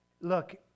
look